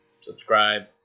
Subscribe